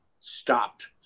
stopped